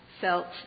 felt